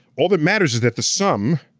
all that matters is that the sum,